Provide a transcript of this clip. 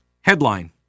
Headline